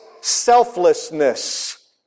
selflessness